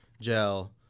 gel